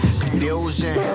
confusion